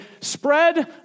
spread